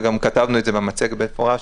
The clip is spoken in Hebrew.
וגם כתבנו את זה במצגת במפורש,